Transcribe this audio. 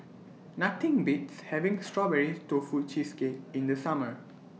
Nothing Beats having Strawberry Tofu Cheesecake in The Summer